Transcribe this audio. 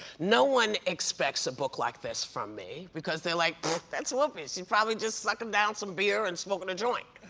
no one expects a book like this from me, because they're like, that's whoopi. she's probably just sucking like um down some beer and smoke and a joint,